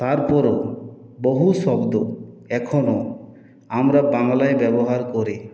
তারপরও বহু শব্দ এখনও আমরা বাংলায় ব্যবহার করি